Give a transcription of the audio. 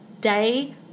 day